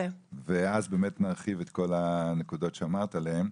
ואז נרחיב את כל הנקודות שדיברת עליהן.